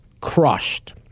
crushed